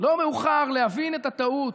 לא מאוחר להבין את הטעות,